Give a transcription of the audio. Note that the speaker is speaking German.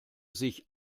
sich